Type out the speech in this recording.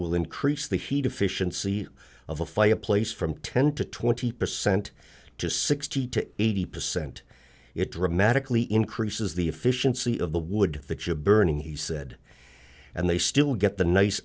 will increase the heat efficiency of a fireplace from ten to twenty percent to sixty to eighty percent it dramatically increases the efficiency of the wood burning he said and they still get the nice